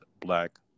black